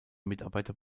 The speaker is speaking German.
mitarbeiter